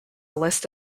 list